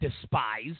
despise